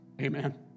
Amen